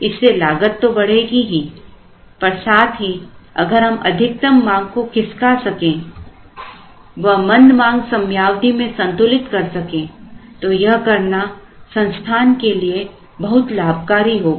इससे लागत तो बढ़ेगी पर साथ ही अगर हम अधिकतम मांग को खिसका सकें व मंद मांग समयावधि में संतुलित कर सके तो यह करना संस्थान के लिए बहुत लाभकारी होगा